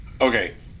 okay